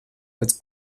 pēc